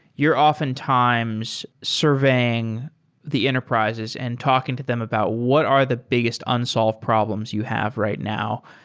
you're often times surveying the enterprises and talking to them about what are the biggest unsolved problems you have right now.